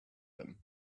them